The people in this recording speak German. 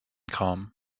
kram